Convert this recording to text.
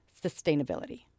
sustainability